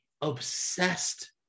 obsessed